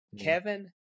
Kevin